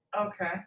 Okay